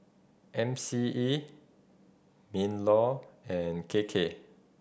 M C E MinLaw and K K